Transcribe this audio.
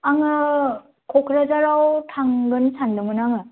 आङो क'क्राझाराव थांगोन सानदोंमोन आङो